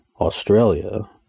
Australia